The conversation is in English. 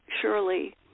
surely